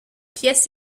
pièces